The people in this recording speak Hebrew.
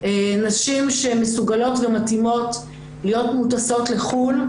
נשים שמסוגלות ומתאימות להיות מוטסות לחו"ל,